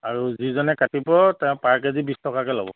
আৰু যিজনে কাটিব তেওঁ পাৰ কেজি বিছ টকাকৈ ল'ব